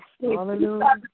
Hallelujah